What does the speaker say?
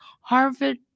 Harvard